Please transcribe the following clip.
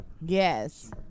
Yes